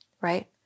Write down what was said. right